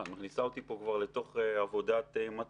את מכניסה אותי פה כבר לתוך עבודת מטה.